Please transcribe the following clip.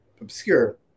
obscure